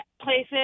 places